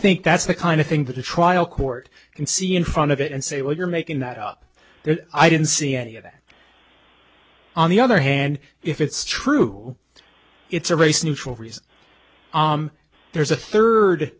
think that's the kind of thing that a trial court can see in front of it and say well you're making that up i didn't see any of that on the other hand if it's true it's a race neutral reason there's a third